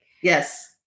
Yes